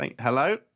Hello